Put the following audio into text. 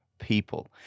people